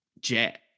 Jet